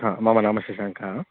ह मम नाम शशाङ्कः